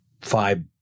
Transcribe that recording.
five